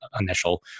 initial